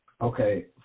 Okay